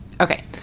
Okay